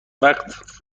وقت